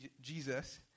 Jesus